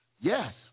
Yes